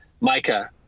Micah